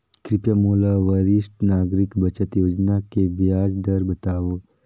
कृपया मोला वरिष्ठ नागरिक बचत योजना के ब्याज दर बतावव